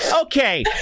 Okay